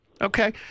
okay